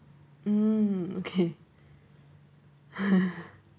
mm okay